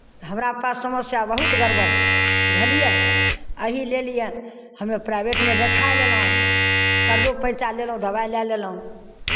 तऽ हमरा पास समस्या बहुत गड़बड़ छै बुझलियै एहि लेल हमे प्राइभेटमे देखाय लेलहुँ कर्जो पैँचा लेलहुँ दबाइ लए लेलहुँ